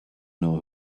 know